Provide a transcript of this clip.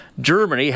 Germany